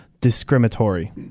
discriminatory